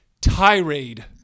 tirade